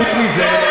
חוץ מזה,